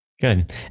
Good